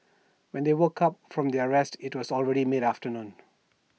when they woke up from their rest IT was already mid afternoon